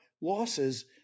losses